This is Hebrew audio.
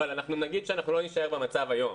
אבל נגיד שאנחנו לא נישאר במצב היום.